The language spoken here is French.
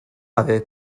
avait